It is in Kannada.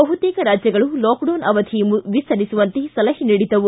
ಬಹುತೇಕ ರಾಜ್ಯಗಳು ಲಾಕ್ಡೌನ್ ಅವಧಿ ವಿಸ್ತರಿಸುವಂತೆ ಸಲಹೆ ನೀಡಿದವು